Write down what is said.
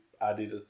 added